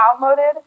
downloaded